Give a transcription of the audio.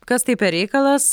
kas tai per reikalas